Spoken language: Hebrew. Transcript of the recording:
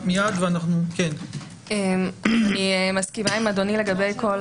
אני מסכימה עם אדוני לגבי כל